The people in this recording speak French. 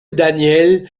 daniel